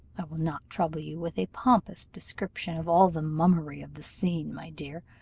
i will not trouble you with a pompous description of all the mummery of the scene, my dear,